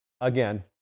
Again